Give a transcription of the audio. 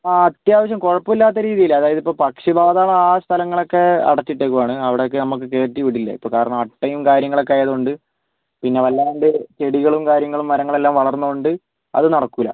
ആ അത്യാവശ്യം കുഴപ്പമില്ലാത്ത രീതിയിൽ അതായത് പക്ഷി പാതാളം ആ സ്ഥലങ്ങളൊക്കെ അടിച്ചിട്ടേക്കുവാണ് അവിടൊക്കെ നമുക്ക് കയറ്റി വിടില്ല ഇപ്പോൾ കാരണം അട്ടയും കാര്യങ്ങളൊക്കേ ആയതുകൊണ്ട് പിന്നെ വല്ലാണ്ട് ചെടികളും കാര്യങ്ങളും മരങ്ങളും എല്ലാം വളർന്നത് കൊണ്ട് അത് നടക്കൂല